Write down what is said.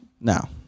Now